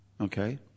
okay